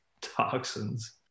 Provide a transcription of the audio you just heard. toxins